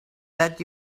that